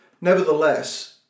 nevertheless